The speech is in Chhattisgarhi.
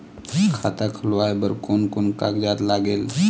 खाता खुलवाय बर कोन कोन कागजात लागेल?